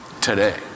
today